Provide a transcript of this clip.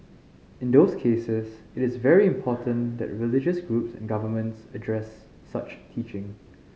in those cases it is very important that religious groups and governments address such teaching